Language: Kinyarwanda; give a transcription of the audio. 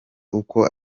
uko